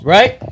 Right